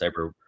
cyber